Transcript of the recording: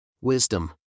Wisdom